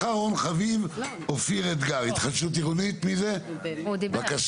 אחרון חביב, אופיר אתגר, התחדשות עירונית, בבקשה.